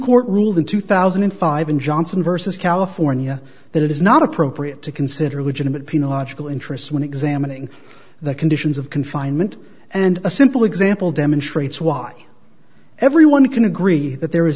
court ruled in two thousand and five in johnson versus california that it is not appropriate to consider legitimate been a logical interest when examining the conditions of confinement and a simple example demonstrates why everyone can agree that there is